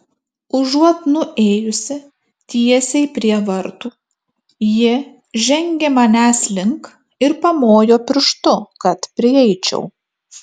užuot nuėjusi tiesiai prie vartų ji žengė manęs link ir pamojo pirštu kad prieičiau